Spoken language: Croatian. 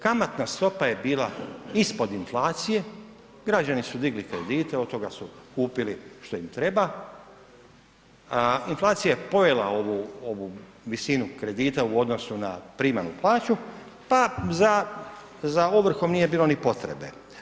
Kamatna stopa je bila ispod inflacije, građani su digli kredite, od toga su kupili što im treba, a inflacija je pojela ovu visinu kredita u odnosu na primanu plaću pa za ovrhom nije bilo ni potrebe.